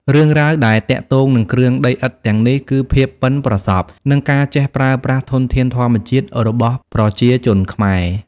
រឿងរ៉ាវដែលទាក់ទងនឹងគ្រឿងដីឥដ្ឋទាំងនេះគឺ ភាពប៉ិនប្រសប់ និង ការចេះប្រើប្រាស់ធនធានធម្មជាតិ របស់ប្រជាជនខ្មែរ។